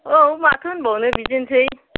औ माथो होनबावनो बिदिनसै